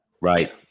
right